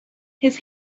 his